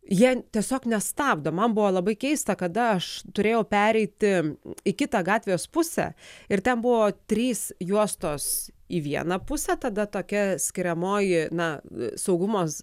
jie tiesiog nestabdo man buvo labai keista kada aš turėjau pereiti į kitą gatvės pusę ir ten buvo trys juostos į vieną pusę tada tokia skiriamoji na saugumo